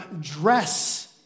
dress